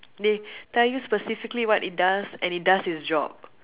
they tell you specifically what it does and it does it's job